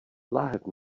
láhev